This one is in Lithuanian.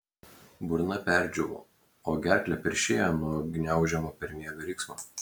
burna perdžiūvo o gerklę peršėjo nuo gniaužiamo per miegą riksmo